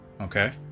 Okay